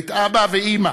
בבית אבא ואימא